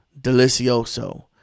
delicioso